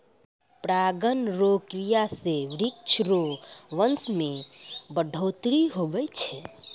परागण रो क्रिया से वृक्ष रो वंश मे बढ़ौतरी हुवै छै